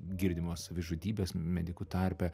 girdimos savižudybės medikų tarpe